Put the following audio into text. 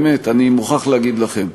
באמת, אני מוכרח להגיד לכם.